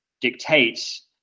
dictates